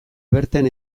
bertan